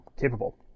capable